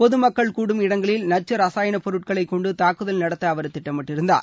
பொதுமக்கள் கூடும் இடங்களில் நக்க ரசாயணப் பொருட்களை கொண்டு தாக்குதல் நடத்த அவர் திட்டமிட்டிருந்தார்